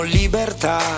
libertà